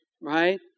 Right